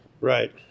Right